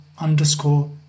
underscore